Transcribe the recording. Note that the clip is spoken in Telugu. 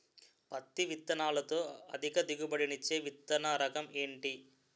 పత్తి విత్తనాలతో అధిక దిగుబడి నిచ్చే విత్తన రకం ఏంటి?